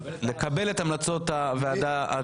לקבל את המלצות הוועדה הציבורית?